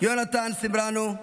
יונתן סמרנו,